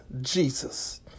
Jesus